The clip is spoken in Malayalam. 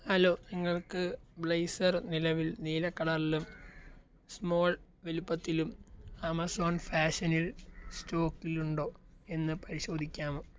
ഹലോ നിങ്ങൾക്ക് ബ്ലേസർ നിലവിൽ നീല കളറിലും സ്മോൾ വലുപ്പത്തിലും ആമസോൺ ഫാഷനിൽ സ്റ്റോക്കിലുണ്ടോ എന്ന് പരിശോധിക്കാമോ